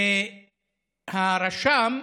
והרשם,